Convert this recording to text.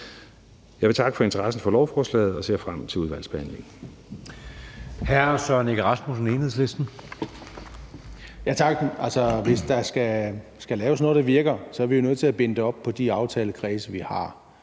Jeg vil takke for interessen for lovforslaget og ser frem til udvalgsbehandlingen.